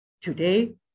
Today